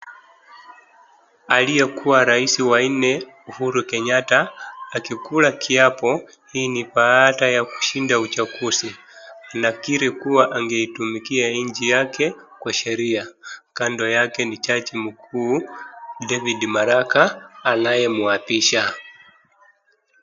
Aliye kuwa rais wanne Uhuru Kenyatta akikula kiapo. Hii ni baada ya kushinda uchaguzi. Anakiri kuwa angeitumikia nchi yake kwa sheria. Kando yake ni jaji mkuu David Maraga anayemwapisha.